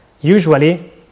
Usually